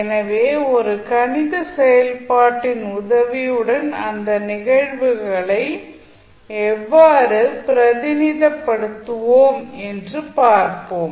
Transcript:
எனவே ஒரு கணித செயல்பாட்டின் உதவியுடன் அந்த நிகழ்வுகளை எவ்வாறு பிரதிநிதித்துவப்படுத்துவோம் என்று பார்ப்போம்